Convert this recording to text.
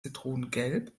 zitronengelb